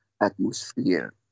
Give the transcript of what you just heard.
atmosphere